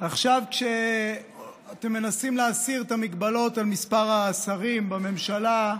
עכשיו שאתם מנסים להסיר את המגבלות על מספר השרים בממשלה,